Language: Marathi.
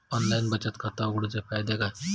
ऑनलाइन बचत खाता उघडूचे फायदे काय आसत?